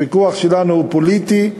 הוויכוח שלנו הוא פוליטי בעיקרו,